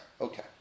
Okay